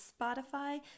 Spotify